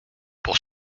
pour